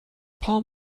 palm